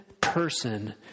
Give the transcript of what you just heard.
person